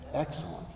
Excellent